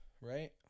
Right